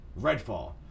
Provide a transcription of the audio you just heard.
Redfall